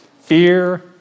fear